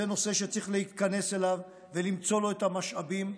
זה נושא שצריך להתכנס אליו ולמצוא לו את המשאבים,